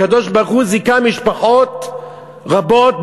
הקדוש-ברוך-הוא זיכה משפחות רבות,